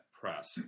press